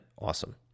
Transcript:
awesome